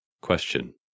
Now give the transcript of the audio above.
Question